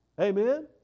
Amen